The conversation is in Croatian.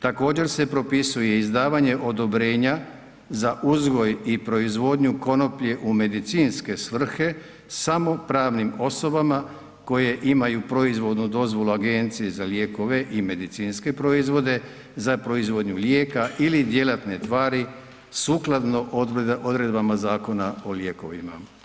Također se propisuje izdavanje odobrenja za uzgoj i proizvodnju konoplje u medicinske svrhe samo pravnim osobama koje ima proizvodnu dozvolu Agencije za lijekove i medicinske proizvode za proizvodnju lijeka ili djelatne tvari sukladno odredbama Zakona o lijekovima.